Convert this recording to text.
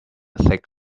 thick